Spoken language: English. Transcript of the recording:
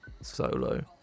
Solo